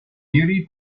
beauty